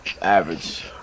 average